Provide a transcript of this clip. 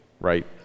Right